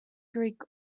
greek